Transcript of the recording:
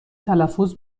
تلفظ